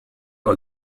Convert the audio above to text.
all